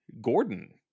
Gordon